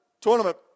tournament